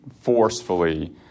forcefully